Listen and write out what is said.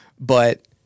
But-